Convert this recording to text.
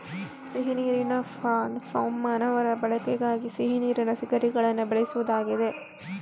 ಸಿಹಿ ನೀರಿನ prawn farm ಮಾನವನ ಬಳಕೆಗಾಗಿ ಸಿಹಿ ನೀರಿನ ಸೀಗಡಿಗಳನ್ನ ಬೆಳೆಸುದಾಗಿದೆ